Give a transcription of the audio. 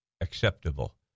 acceptable